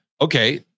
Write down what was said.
Okay